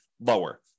lower